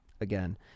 again